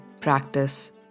practice